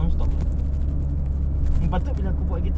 boleh perlahan-perlahan balik ah